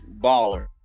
baller